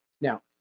Now